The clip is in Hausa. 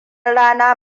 rana